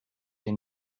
den